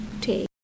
take